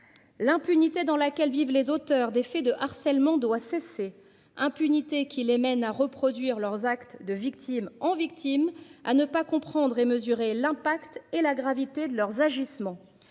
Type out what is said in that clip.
L'impunité dans laquelle vivent les auteurs des faits de harcèlement doit cesser impunité qui les mène à reproduire leurs actes de victimes en victime à ne pas comprendre et mesurer l'impact et la gravité de leurs agissements.